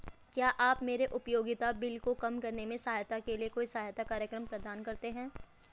क्या आप मेरे उपयोगिता बिल को कम करने में सहायता के लिए कोई सहायता कार्यक्रम प्रदान करते हैं?